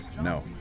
No